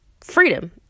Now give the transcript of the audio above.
freedom